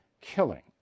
killing